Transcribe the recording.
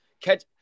catch